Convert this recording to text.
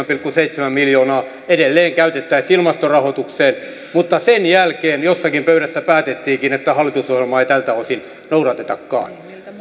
pilkku seitsemän miljoonaa edelleen käytettäisiin ilmastorahoitukseen mutta sen jälkeen jossakin pöydässä päätettiinkin että hallitusohjelmaa ei tältä osin noudatetakaan